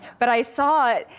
but i saw it,